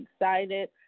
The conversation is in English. excited